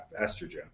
estrogen